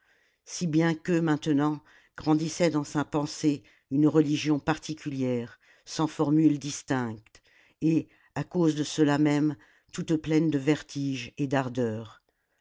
si bien que maintenant grandissait dans sa pensée une religion particulière sans formule distincte et à cause de cela même toute pleine de vertiges et d'ardeurs